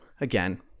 again